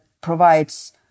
provides